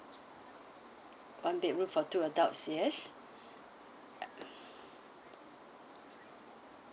one bedroom for two adults yes